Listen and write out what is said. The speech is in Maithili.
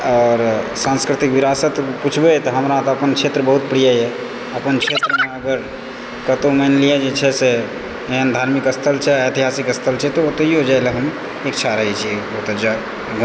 आओर सांस्कृतिक विरासत पूछबै तऽ हमरा अपन क्षेत्र बहुत प्रियए अपन क्षेत्रमे अगर कतहुँ मानि लिअ जे छै से एहन धार्मिक स्थल छै ऐतिहासिक स्थल छै तऽ ओतहिओ जाइलऽ हम इच्छा राखैत छी जे ओतय जायब